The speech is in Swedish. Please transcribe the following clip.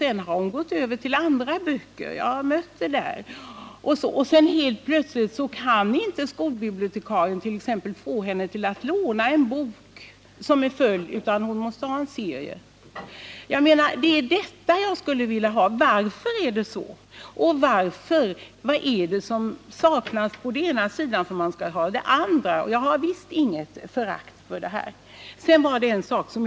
Sedan går hon över till böcker men — det har jag mött flera gånger — så inträffar det helt plötsligt att skolbibliotekarien inte kan få henne att låna en bok, eftersom flickan återigen bara vill läsa serier. Jag skulle vilja ha svar på frågan vad som ligger bakom detta. Vad är det som saknas i det ena fallet men som finns i det andra? Detta innebär visst inte att jag har något förakt för serier.